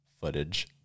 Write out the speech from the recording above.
footage